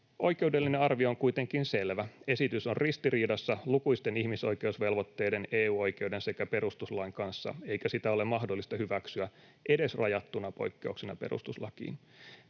”Oikeudellinen arvio on kuitenkin selvä: esitys on ristiriidassa lukuisten ihmisoikeusvelvoitteiden, EU-oikeuden sekä perustuslain kanssa, eikä sitä ole mahdollista hyväksyä edes rajattuna poikkeuksena perustuslakiin.”